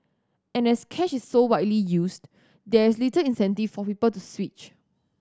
and as cash is so widely used there's little incentive for people to switch